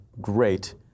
great